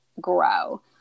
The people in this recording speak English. grow